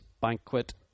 Banquet